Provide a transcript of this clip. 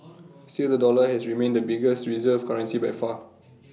still the dollar has remained the biggest reserve currency by far